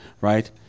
Right